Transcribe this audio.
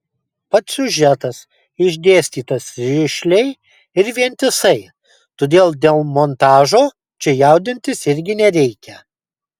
pats siužetas išdėstytas rišliai ir vientisai todėl dėl montažo čia jaudintis irgi nereikia